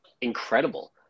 incredible